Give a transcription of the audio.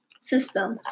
system